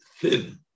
thin